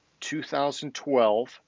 2012